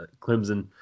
Clemson